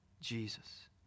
Jesus